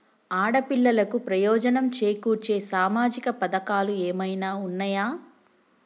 ఆడపిల్లలకు ప్రయోజనం చేకూర్చే సామాజిక పథకాలు ఏమైనా ఉన్నయా?